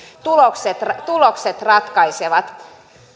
tulokset ratkaisevat